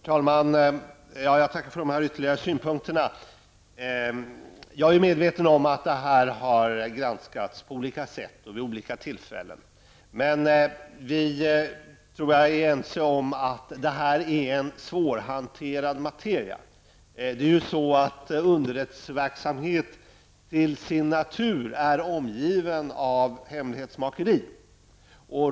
Herr talman! Tack för de här ytterligare synpunterna. Jag är medveten om att det här har granskats på olika sätt och vid olika tillfällen. Jag tror att vi är ense om att det här är en svårhanterad materia. Underrättelseverksamhet är till sin natur omgiven av hemlighetsmakeri.